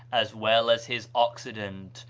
as well as his occident,